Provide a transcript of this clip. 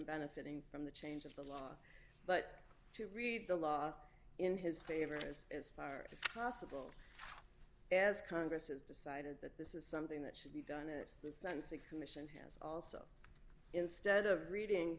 benefiting from the change of the law but to read the law in his favor as far as possible as congress has decided that this is something that should be done it's the sense a commission has also instead of reading